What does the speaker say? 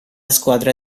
squadra